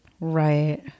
Right